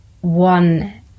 one